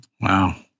Wow